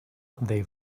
they